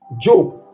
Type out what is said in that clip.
job